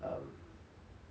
um